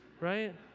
right